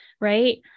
Right